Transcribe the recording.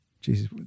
Jesus